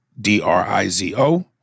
D-R-I-Z-O